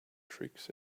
tricks